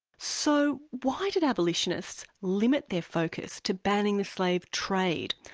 so why did abolitionists limit their focus to banning the slave trade?